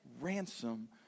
Ransom